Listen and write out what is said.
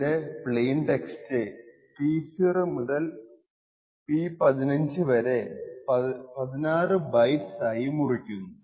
ആദ്യമായി 128 ബിറ്റിന്റെ plain text P0 മുതൽ P15 വരെ 16 ബൈറ്റ്സ് ആയി മുറിക്കുന്നു